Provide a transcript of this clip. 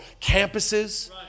campuses